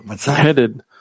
headed